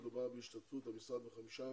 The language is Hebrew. מדובר בהשתתפות המשרד בחמישה